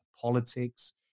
politics